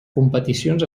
competicions